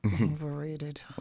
Overrated